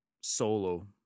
solo